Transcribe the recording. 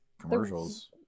commercials